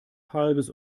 halbes